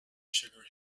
sugar